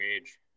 age